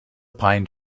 pine